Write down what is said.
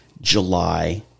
July